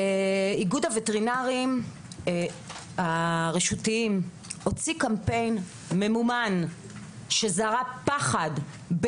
איגוד הווטרינרים הרשותיים הוציא קמפיין ממומן שזרע פחד,